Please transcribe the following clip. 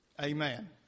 Amen